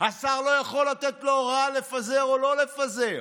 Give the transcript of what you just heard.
השר לא יכול לתת לו הוראה לפזר או לא לפזר.